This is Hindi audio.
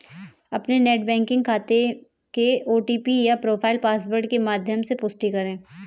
अपने नेट बैंकिंग खाते के ओ.टी.पी या प्रोफाइल पासवर्ड के माध्यम से पुष्टि करें